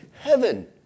heaven